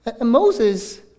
Moses